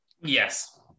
Yes